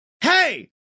hey